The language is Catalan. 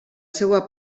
seva